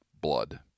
blood